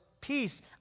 Peace